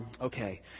Okay